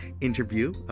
interview